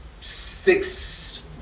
six